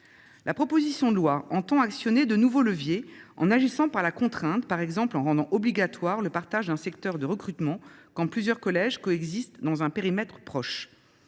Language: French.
La proposition de loi tend à actionner de nouveaux leviers en agissant par la contrainte. Elle vise, par exemple, à rendre obligatoire le partage d’un secteur de recrutement entre plusieurs collèges coexistant dans un périmètre rapproché.